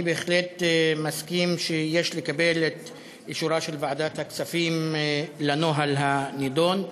אני בהחלט מסכים שיש לקבל את אישורה של ועדת הכספים לנוהל הנדון.